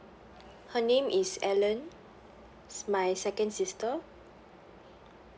her name is ellen my second sister